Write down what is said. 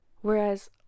whereas